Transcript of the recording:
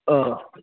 অঁ